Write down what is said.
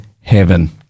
heaven